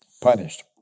punished